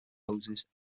hoses